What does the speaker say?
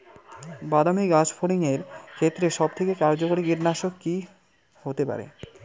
বাদামী গাছফড়িঙের ক্ষেত্রে সবথেকে কার্যকরী কীটনাশক কি হতে পারে?